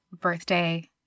birthday